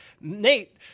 Nate